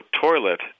toilet